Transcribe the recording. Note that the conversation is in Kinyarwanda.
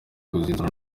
kugenzura